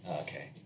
Okay